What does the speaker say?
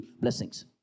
blessings